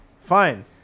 Fine